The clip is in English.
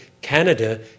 Canada